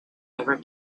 ever